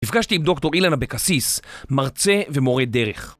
נפגשתי עם דוקטור אילן אבקסיס, מרצה ומורה דרך.